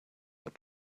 your